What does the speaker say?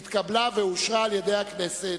נתקבלה ואושרה על-ידי הכנסת.